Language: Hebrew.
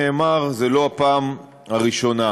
של חבר הכנסת ג'מאל זחאלקה.